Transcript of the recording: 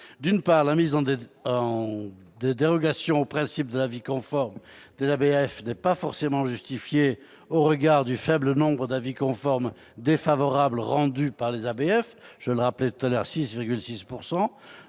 D'une part, les dérogations au principe de l'avis conforme de l'ABF ne sont pas forcément justifiées au regard du faible nombre d'avis conformes défavorables rendus par les ABF, soit 6,6 %.